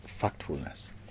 factfulness